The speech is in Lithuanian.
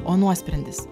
o nuosprendis